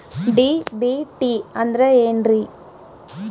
DBT ಅಂದ್ರ ಏನ್ರಿ?